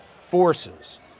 forces